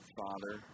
father